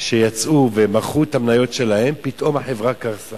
שיצאו ומכרו את המניות שלהן, פתאום החברה קרסה.